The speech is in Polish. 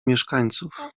mieszkańców